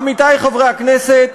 עמיתי חברי הכנסת,